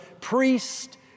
priest